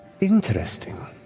Interesting